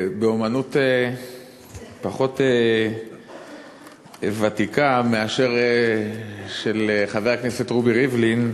באמנות פחות ותיקה מאשר של חבר הכנסת רובי ריבלין,